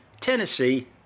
Tennessee